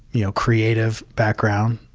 you know, creative background,